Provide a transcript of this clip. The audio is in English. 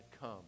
come